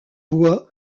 bois